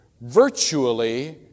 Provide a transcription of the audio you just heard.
virtually